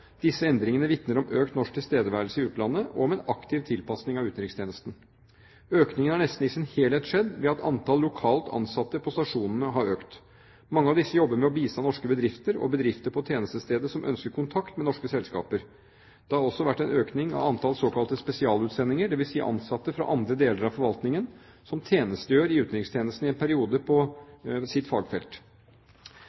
Disse endringene vitner om økt norsk tilstedeværelse i utlandet og om en aktiv tilpasning av utenrikstjenesten. Økningen har nesten i sin helhet skjedd ved at antall lokalt ansatte på stasjonene har økt. Mange av disse jobber med å bistå norske bedrifter og bedrifter på tjenestestedet som ønsker kontakt med norske selskaper. Det har også vært en økning av antall såkalte spesialutsendinger, dvs. ansatte fra andre deler av forvaltningen som tjenestegjør i utenrikstjenesten i en periode for å arbeide på